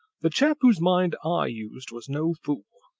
the chap whose mind i used was no fool.